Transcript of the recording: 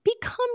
become